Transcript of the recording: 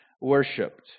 worshipped